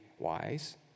wise